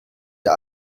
der